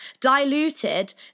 diluted